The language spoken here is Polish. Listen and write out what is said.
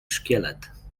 szkielet